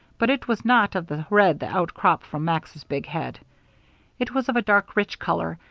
but it was not of the red that outcropped from max's big head it was of a dark, rich color,